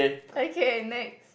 okay next